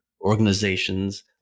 organizations